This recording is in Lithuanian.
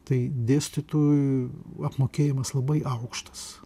tai dėstytojų apmokėjimas labai aukštas